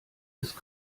ist